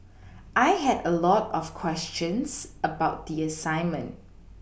I had a lot of questions about the assignment